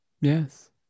Yes